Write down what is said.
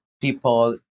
people